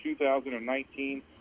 2019